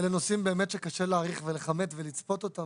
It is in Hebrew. אלה נושאים באמת שקשה להעריך ולכמת ולצפות אותם